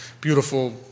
beautiful